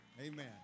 Amen